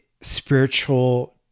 spiritual